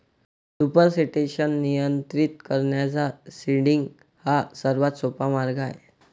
supersaturation नियंत्रित करण्याचा seeding हा सर्वात सोपा मार्ग आहे